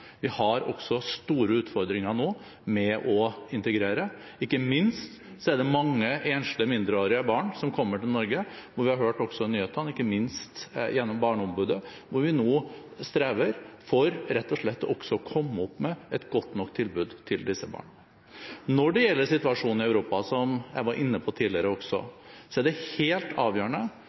Vi har også store utfordringer nå med å integrere, ikke minst er det mange enslige mindreårige barn som kommer til Norge – vi har hørt det i nyhetene og ikke minst gjennom barneombudet – hvor vi nå strever for rett og slett å komme opp med et godt nok tilbud til disse barna. Når det gjelder situasjonen i Europa, som jeg var inne på tidligere også, er det helt avgjørende